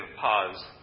pause